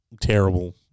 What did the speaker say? terrible